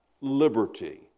liberty